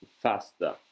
Faster